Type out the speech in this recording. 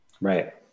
Right